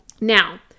Now